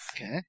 Okay